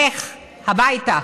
לך הביתה.